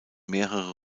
mehrere